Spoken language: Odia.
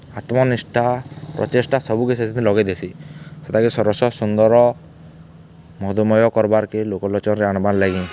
ଆତ୍ମ ନିଷ୍ଠା ପ୍ରଚେଷ୍ଟା ସବୁକେ ସେଥି ଲଗେଇ ଦେସି ସେଟାକେ ସରସ ସୁନ୍ଦର ମଧୁମୟ କରବାରକେ ଲୋକଲୋଚନ୍ରେ ଆଣବାର୍ ଲାଗି